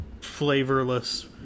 flavorless